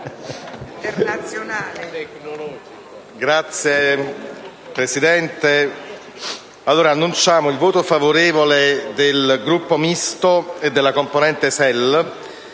Signor Presidente, annunciamo il voto favorevole del Gruppo Misto e della componente SEL